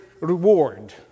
reward